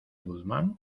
guzmán